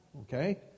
okay